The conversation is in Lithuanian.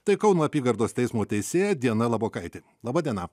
tai kauno apygardos teismo teisėja diana labokaitė laba diena